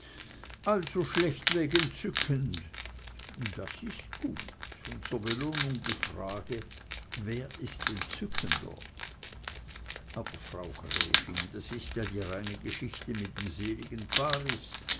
also schlankweg entzückend das ist gut und zur belohnung die frage wer ist entzückender aber frau gräfin das ist ja die reine geschichte mit dem seligen paris